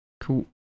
Cool